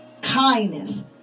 kindness